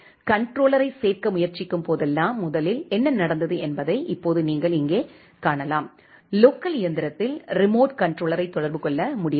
கண்ட்ரோலரைச் சேர்க்க முயற்சிக்கும் போதெல்லாம் முதலில் என்ன நடந்தது என்பதை இப்போது நீங்கள் இங்கே காணலாம் லோக்கல் இயந்திரத்தில் ரிமோட் கன்ட்ரோலரை தொடர்பு கொள்ள முடியவில்லை